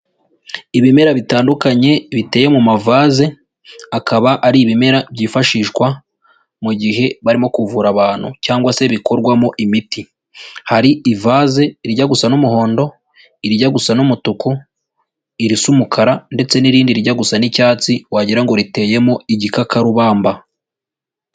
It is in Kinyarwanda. Ibimera bitandukanye biteye mu mavaze akaba ari ibimera byifashishwa mu gihe barimo kuvura abantu cyangwa se bikorwamo imiti. Hari ivase rijya gusa n'umuhondo, irijya gusa n'umutuku, irisa umukara ndetse n'irindi rijya gusa n'icyatsi wagirango ngo riteyemo igikakarubamba.